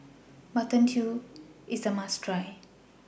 Mutton Stew IS A must Try